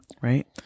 right